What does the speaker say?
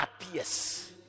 appears